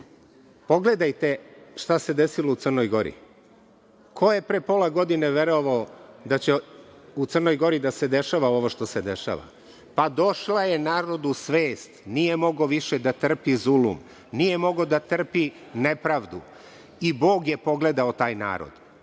zemlje. Pogledajte šta se desilo u Crnoj Gori! Ko je pre pola godine verovao da će u Crnoj Gori da se dešava ovo što se dešava? Došla je narodu svest, nije mogao više da trpi zulum, nije mogao da trpi nepravdu. Bog je pogledao taj narod. Danas,